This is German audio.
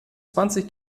zwanzig